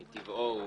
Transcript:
מטבעו,